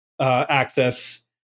access